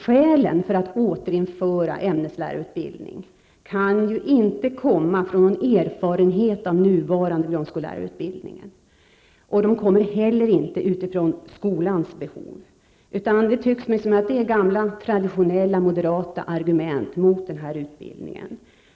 Skälen för att återinföra ämneslärarutbildningen kan inte ha sin grund i erfarenhet av nuvarande grundskollärarutbildning, och de kan heller inte ha sin grund i skolans behov. Det tycks mig i stället vara fråga om gamla traditionella moderata argument mot denna utbildning.